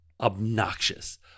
obnoxious